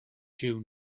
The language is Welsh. jiw